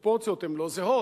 הפרופורציות הן לא זהות,